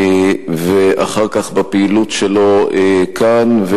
ואחר כך בפעילות שלו כאן.